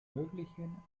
möglichen